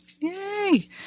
Yay